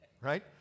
Right